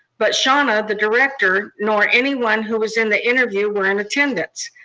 but shauna, the director, nor anyone who was in the interview were in attendance.